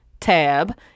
tab